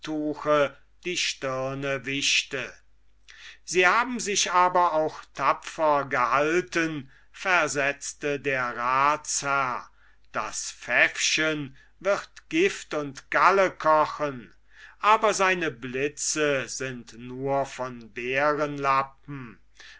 die stirne wischte sie haben sich aber auch tapfer gehalten versetzte der ratsherr das pfäffchen wird gift und galle kochen aber seine blitze sind nur von